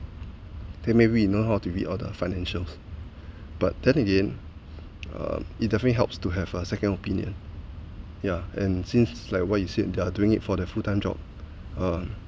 they maybe you know how to read all the financials but then again uh it definitely helps to have a second opinion yeah and since like what you said they're doing it for their full time job